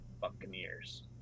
Buccaneers